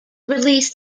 released